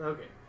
Okay